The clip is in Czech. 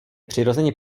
přirozeně